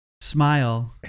Smile